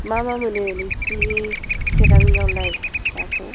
मा मा मोनो नोंसिनि चिराङावलाय नाखौ